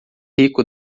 rico